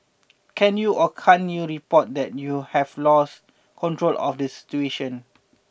can you or can't you report that you have lost control of this situation